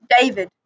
David